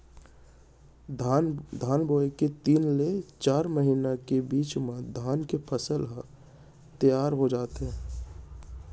धान बोए के तीन ले चार महिना के बीच म धान के फसल ह तियार हो जाथे